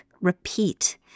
repeat